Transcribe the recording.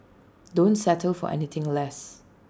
don't settle for anything less